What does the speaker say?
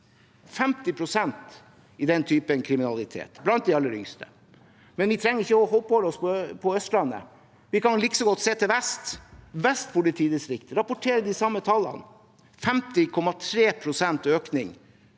50 pst. i den typen kriminalitet blant de aller yngste. Vi trenger ikke å oppholde oss på Østlandet. Vi kunne likså godt sett til vest. Vest politidistrikt rapporterer de samme tallene: 50,3 pst. økning